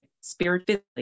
spiritually